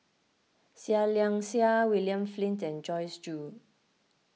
Seah Liang Seah William Flint and Joyce Jue